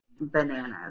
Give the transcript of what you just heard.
Bananas